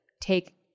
take